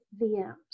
VMs